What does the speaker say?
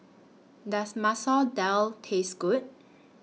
Does Masoor Dal Taste Good